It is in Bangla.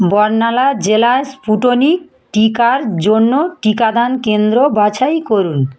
বর্নালা জেলায় স্পুটনিক টিকার জন্য টিকাদান কেন্দ্র বাছাই করুন